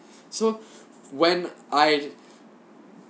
so when I